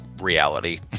reality